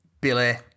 Billy